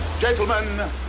gentlemen